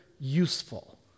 useful